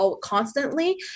constantly